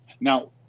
Now